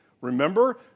Remember